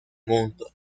mundo